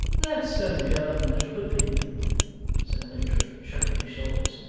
that's a mere matter of opinion said the notary, shrugging his shoulders.